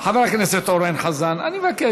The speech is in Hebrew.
חבר הכנסת אורן חזן, אני מבקש.